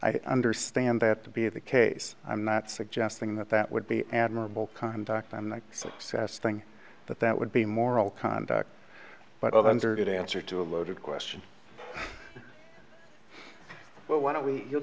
i understand that to be the case i'm not suggesting that that would be admirable contact on the sas thing but that would be moral conduct but under the answer to a loaded question well why don't we you'll